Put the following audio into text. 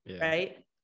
Right